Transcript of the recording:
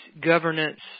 governance